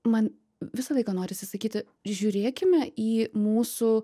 man visą laiką norisi sakyti žiūrėkime į mūsų